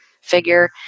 figure